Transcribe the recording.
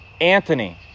Anthony